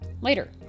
later